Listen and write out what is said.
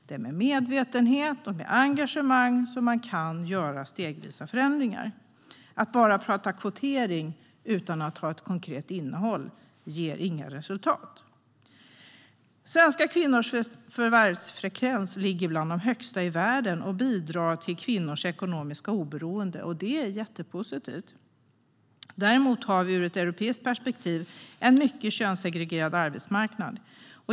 Det är med medvetenhet och engagemang man stegvis kan göra förändringar. Att bara prata kvotering utan att ha ett konkret innehåll ger inga resultat. Svenska kvinnors förvärvsfrekvens ligger bland de högsta i världen och bidrar till kvinnors ekonomiska oberoende, vilket är jättepositivt. Där-emot har vi ur ett europeiskt perspektiv en mycket könssegregerad arbets-marknad.